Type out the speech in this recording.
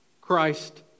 Christ